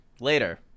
later